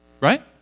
right